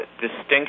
distinction